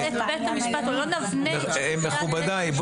מכובדיי,